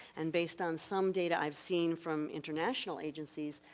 and based on some data i've seen from international agencies,